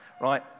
right